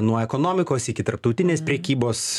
nuo ekonomikos iki tarptautinės prekybos